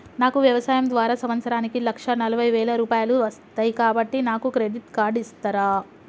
నాకు వ్యవసాయం ద్వారా సంవత్సరానికి లక్ష నలభై వేల రూపాయలు వస్తయ్, కాబట్టి నాకు క్రెడిట్ కార్డ్ ఇస్తరా?